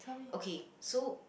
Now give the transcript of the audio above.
okay so